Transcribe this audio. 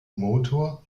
motor